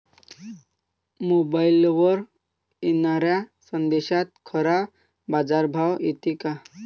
मोबाईलवर येनाऱ्या संदेशात खरा बाजारभाव येते का?